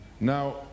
Now